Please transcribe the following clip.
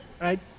right